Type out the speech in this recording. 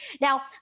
Now